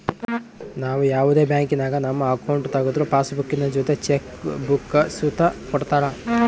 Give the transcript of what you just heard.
ನಾವು ಯಾವುದೇ ಬ್ಯಾಂಕಿನಾಗ ನಮ್ಮ ಅಕೌಂಟ್ ತಗುದ್ರು ಪಾಸ್ಬುಕ್ಕಿನ ಜೊತೆ ಚೆಕ್ ಬುಕ್ಕ ಸುತ ಕೊಡ್ತರ